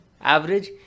average